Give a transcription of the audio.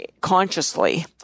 consciously